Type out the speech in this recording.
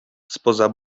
spoza